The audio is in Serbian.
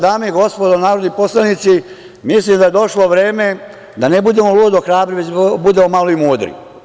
Dame i gospodo narodni poslanici, mislim da je došlo vreme da ne budemo ludo hrabri, već da budemo malo i mudri.